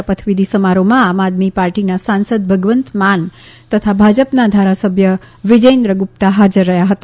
શપથવિધિ સમારોહમાં આમ આદમી પાર્ટીના સાંસદ ભગવંત માન તથા ભાજપના ધારાસભ્ય વિજેન્દ્ર ગુપ્તા હાજર રહયાં હતા